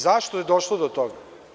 Zašto je došlo do toga?